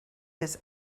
his